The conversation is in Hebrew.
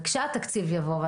וכשהתקציב יבוא,